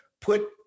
put